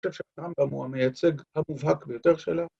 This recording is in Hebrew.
‫אני חושב שהרמב"ם הוא המייצג ‫המובהק ביותר שלו.